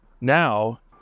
now